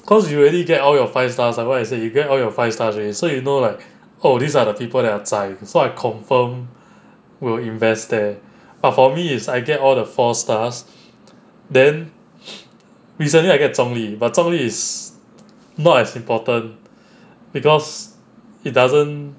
cause you already get all your five stars like what you said you get all your five star already so you know like oh these are the people that are zai so I confirm will invest there but for me is I get all the four stars then recently I get zhong li but zhong li is not as important because it doesn't